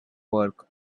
work